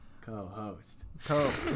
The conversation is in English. Co-host